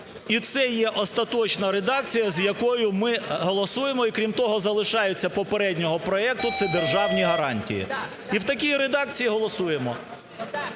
І це є остаточна редакція, з якою ми голосуємо, і, крім того, залишаються з попереднього проекту – це державні гарантії. І в такій редакції голосуємо: